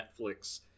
Netflix